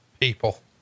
people